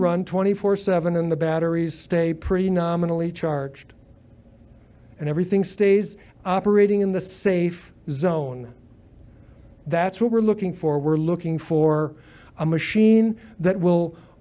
run twenty four seven and the batteries stay pretty nominally charged and everything stays operating in the safe zone that's what we're looking for we're looking for a machine that will